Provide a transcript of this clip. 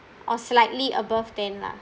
or slightly above ten lah